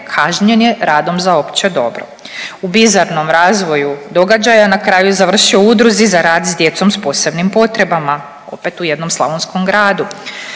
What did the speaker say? kažnjen je radom za opće dobro. U bizarnom razvoju događaja na kraju je završio u udruzi za rad s djecom s posebnim potrebama opet u jednom slavonskom gradu.